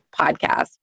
podcast